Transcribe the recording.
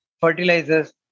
fertilizers